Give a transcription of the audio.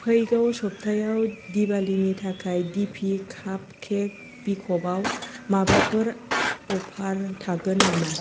फैगौ सफ्थायाव दिवालीनि थाखाय दिपि कापकेक बिखबआव माबाफोर अफार थागोन नामा